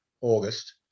August